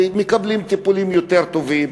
כי מקבלים טיפולים יותר טובים,